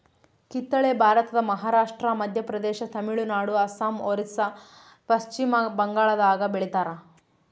ಕಿತ್ತಳೆ ಭಾರತದ ಮಹಾರಾಷ್ಟ್ರ ಮಧ್ಯಪ್ರದೇಶ ತಮಿಳುನಾಡು ಅಸ್ಸಾಂ ಒರಿಸ್ಸಾ ಪಚ್ಚಿಮಬಂಗಾಳದಾಗ ಬೆಳಿತಾರ